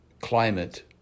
climate